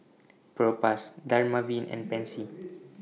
Propass Dermaveen and Pansy